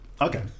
Okay